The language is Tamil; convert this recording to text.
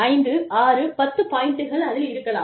5 6 10 பாயிண்ட்கள் அதில் இருக்கலாம்